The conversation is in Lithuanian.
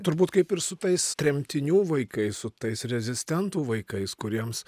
turbūt kaip ir su tais tremtinių vaikais su tais rezistentų vaikais kuriems